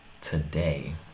Today